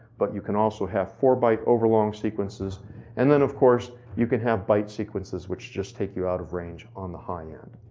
but you can also have four byte overlong sequences and then of course you can have byte sequences which just take you out of range on the high-end.